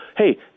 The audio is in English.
hey